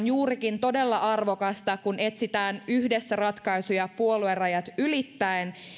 juurikin on todella arvokasta kun etsitään yhdessä ratkaisuja puoluerajat ylittäen